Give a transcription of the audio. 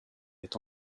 est